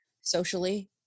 socially